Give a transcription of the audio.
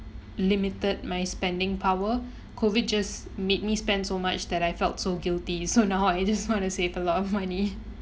limited my spending power COVID just made me spend so much that I felt so guilty so now I just want to save a lot of money